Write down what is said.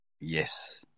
yes